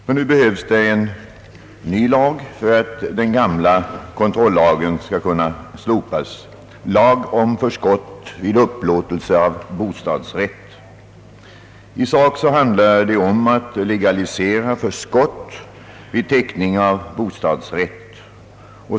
Men nu behövs det en ny lag för att den gamla kontrollagen skall kunna slopas — lag om förskott vid upplåtelse av bostadsrätt. I sak handlar det framlagda förslaget om att legalisera förskott vid teckning av bostadsrätt.